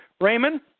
Raymond